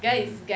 mmhmm